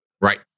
Right